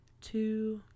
two